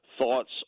thoughts